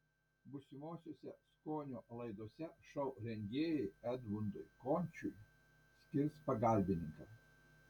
būsimosiose skonio laidose šou rengėjai edmundui končiui skirs pagalbininką